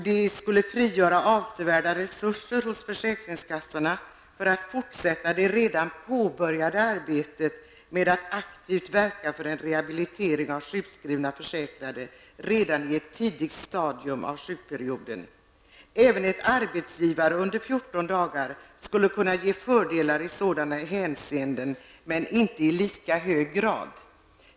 Det skulle också frigöra avsevärda resurser hos försäkringskassorna för att fortsätta det redan påbörjade arbetet med att aktivt verka för en rehabilitering av sjukskrivna försäkrade redan i ett tidigt stadium av sjukperioden. Även ett arbetsgivarinträde under 14 dagar skulle kunna ge fördelar i sådana hänseenden, men inte i lika hög grad.